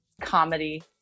comedy